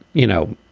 you know,